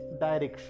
direction